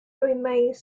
remains